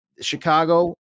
chicago